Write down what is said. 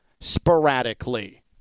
sporadically